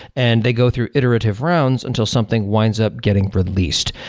and they go through iterative rounds until something winds up getting released.